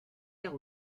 guère